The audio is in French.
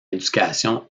éducation